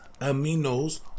aminos